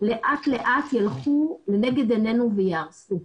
לאט לאט ילכו לנגד עינינו וייהרסו.